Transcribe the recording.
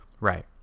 Right